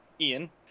Ian